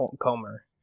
Comer